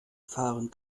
fahren